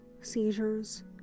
seizures